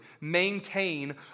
Maintain